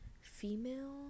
female